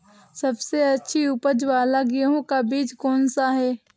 सबसे अच्छी उपज वाला गेहूँ का बीज कौन सा है?